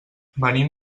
venim